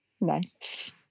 nice